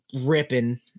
ripping